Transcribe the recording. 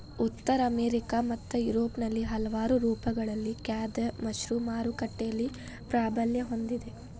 ಉತ್ತರ ಅಮೆರಿಕಾ ಮತ್ತು ಯುರೋಪ್ನಲ್ಲಿ ಹಲವಾರು ರೂಪಗಳಲ್ಲಿ ಖಾದ್ಯ ಮಶ್ರೂಮ್ ಮಾರುಕಟ್ಟೆಯಲ್ಲಿ ಪ್ರಾಬಲ್ಯ ಹೊಂದಿದೆ